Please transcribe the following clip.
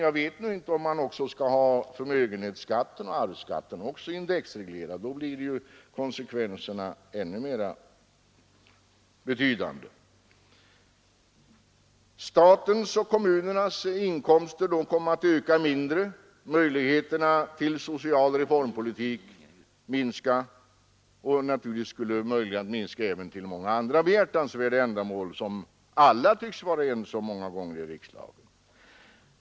Jag vet nu inte om man skall ha även förmögenhetsoch arvsskatterna indexreglerade. I så fall blir ju konsekvenserna ännu mer betydande. Statens och kommunernas inkomster kommer att öka i mindre grad. Möjligheterna till social reformpolitik kommer att minska, och naturligtvis skulle möjligheterna minska att främja många andra ändamål som vi alla här i riksdagen tycks vara ense om är behjärtansvärda.